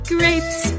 Grapes